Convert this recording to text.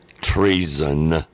Treason